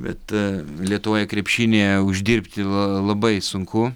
bet lietuvoje krepšinyje uždirbti la labai sunku